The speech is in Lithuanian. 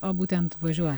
o būtent važiuo